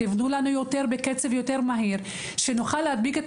ותבנו לנו בקצב יותר מהיר כדי שנוכל להדביק את